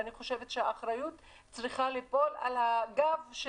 אני חושבת שהאחריות צריכה ליפול על הגב של